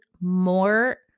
more